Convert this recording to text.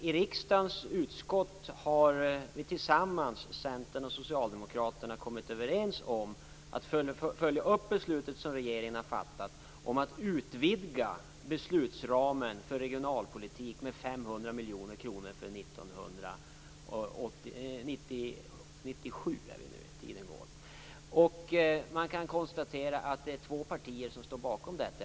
I riksdagens utskott har Centern och Socialdemokraterna kommit överens om att följa upp regeringens beslut om att utvidga beslutsramen för regionalpolitik med 500 miljoner kronor för 1997. Två partier står alltså bakom detta.